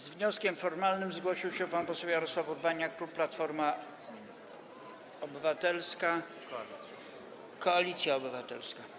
Z wnioskiem formalnym zgłosił się pan poseł Jarosław Urbaniak, klub Platforma Obywatelska - Koalicja Obywatelska.